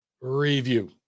review